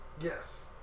Yes